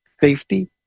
safety